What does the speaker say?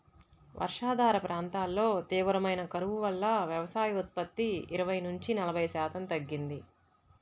వర్షాధార ప్రాంతాల్లో తీవ్రమైన కరువు వల్ల వ్యవసాయోత్పత్తి ఇరవై నుంచి నలభై శాతం తగ్గింది